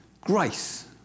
grace